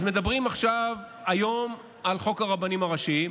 אז מדברים היום על חוק הרבנים הראשיים,